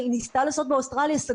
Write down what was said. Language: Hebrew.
היא ניסתה לעשות באוסטרליה אבל סגרו.